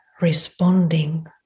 responding